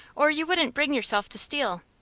or you wouldn't bring yourself to steal.